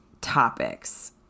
Topics